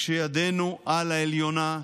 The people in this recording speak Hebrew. כשידינו על העליונה,